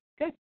good